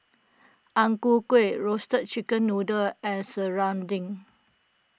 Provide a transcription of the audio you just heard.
Ang Ku kKueh Roasted Chicken Noodle and Serunding